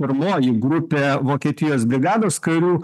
pirmoji grupė vokietijos brigados karių